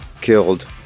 killed